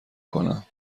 کنم